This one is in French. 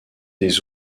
des